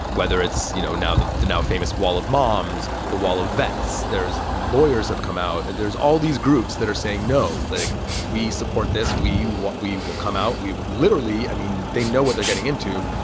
whether it's you know now the the now famous wall of moms, the wall of vets, there's lawyers have come out. there's all these groups that are saying, no, that we support this. we what we will come out. we literally i mean, they know what they're getting into.